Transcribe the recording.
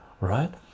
right